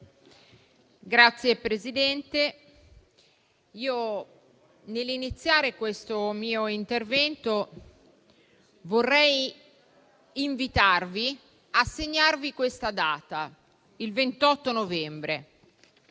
Signora Presidente, nell'iniziare questo mio intervento vorrei invitarvi a segnare questa data, il 28 novembre.